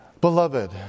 Beloved